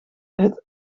het